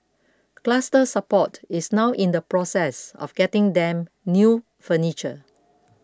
Cluster Support is now in the process of getting them new furniture